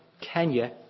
Kenya